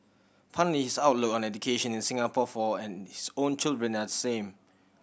funnily his outlook on education in Singapore for and his own children are the same